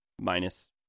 minus